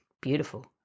beautiful